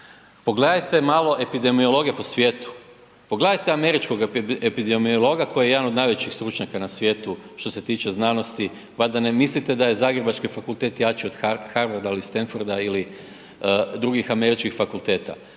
Pogledajte malo epidemiologe po svijetu, pogledajte američkog epidemiologa koji je jedan od najvećih stručnjaka na svijetu što se tiče znanosti, valjda ne mislite da je zagrebački fakultet jači od Harvarda ili Stanforda ili drugih američkih fakulteta.